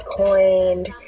coined